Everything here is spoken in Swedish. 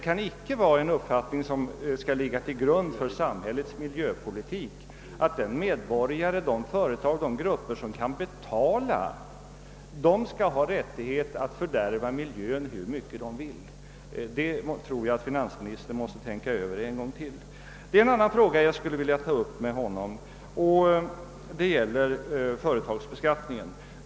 En sådan uppfattning kan inte få ligga till grund för samhällets miljöpolitik att en medborgare, de företag, de grupper som kan betala skall ha rättighet att fördärva miljön hur mycket de vill. Den frågan bör nog finansministern tänka över en gång till. Jag vill ta upp en annan fråga med honom, som gäller företagsbeskattningen.